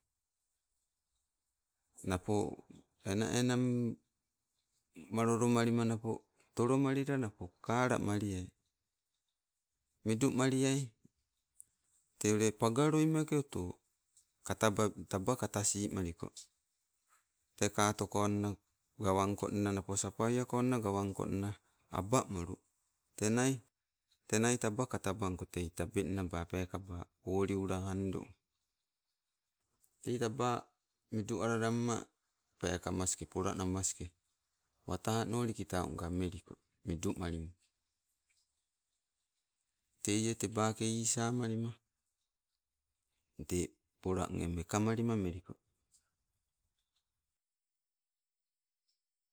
Napo ena- enam, malolomalima napo tolomalila napo kalamoliai. Midu maliai, tei we pagaloi meke oto. Kato ba, taba kata simaliko. Tee katokonna gawangkonna nao sapaiako nna gawangkonna abamolu. Tenai, tenia taba kata bangko, tei tabeng naba peekaba woliula andung. Tei teba midu alalamana, pekamaske polanamaske ata noli kitau nga meliko, midumalima. Teie tebake isa malima, te polanne mekamalima meliko.